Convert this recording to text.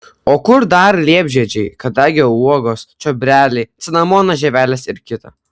o kur dar liepžiedžiai kadagio uogos čiobreliai cinamono žievelės ir kita